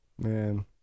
man